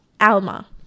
Alma